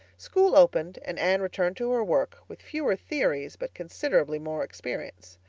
school opened and anne returned to her work, with fewer theories but considerably more experience.